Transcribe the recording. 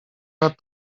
nad